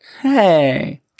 Hey